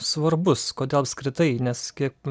svarbus kodėl apskritai nes kiek